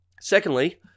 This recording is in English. Secondly